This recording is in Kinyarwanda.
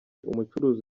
umucuruzi